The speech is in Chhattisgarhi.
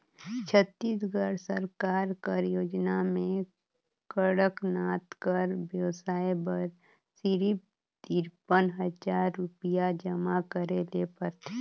छत्तीसगढ़ सरकार कर योजना में कड़कनाथ कर बेवसाय बर सिरिफ तिरपन हजार रुपिया जमा करे ले परथे